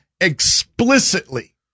explicitly